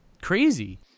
crazy